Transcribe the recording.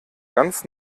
ganz